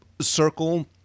circle